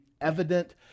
evident